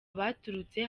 baturutse